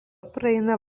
praeina